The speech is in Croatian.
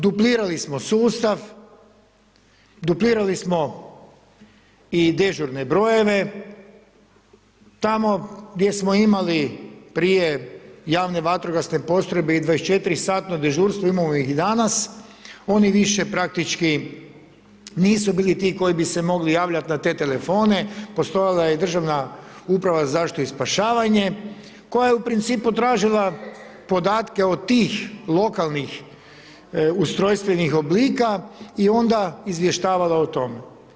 Duplirali smo sustav, duplirali smo i dežurne brojeve, tamo gdje smo imali prije Javne vatrogasne postrojbe (JVP) i 24.-satno dežurstvo, imamo ih i danas, oni više praktički nisu bili ti koji bi se mogli javljati na te telefone, postojala je i Državna uprava za zaštitu i spašavanje koja je u principu tražila podatke od tih lokalnih ustrojstvenih oblika i onda izvještavala o tome.